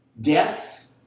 Death